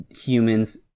humans